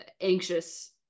anxious